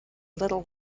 little